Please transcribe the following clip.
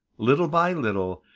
little by little,